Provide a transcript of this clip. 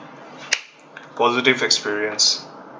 positive experience